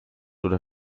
oder